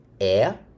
air